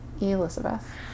Elizabeth